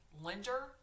lender